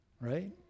right